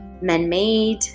man-made